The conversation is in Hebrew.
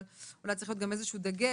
אבל אולי צריך להיות גם איזה שהוא דגש.